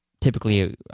typically